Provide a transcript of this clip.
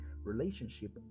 relationship